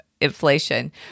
inflation